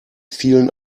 vielen